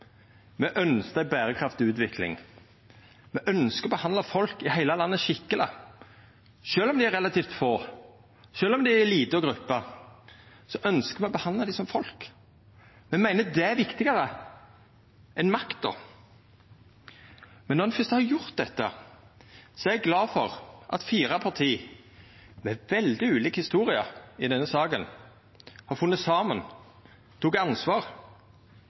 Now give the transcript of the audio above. Me ynskte ei berekraftig utvikling. Me ynskjer å behandla folk i heile landet skikkeleg. Sjølv om dei er relativt få, og sjølv om dei er ei lita gruppe, ynskjer me å behandla dei som folk. Me meiner det er viktigare enn makta. Men når ein fyrst har gjort dette, er eg glad for at fire parti med veldig ulik historie i denne saka har funne saman og teke ansvar.